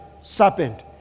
serpent